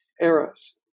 eras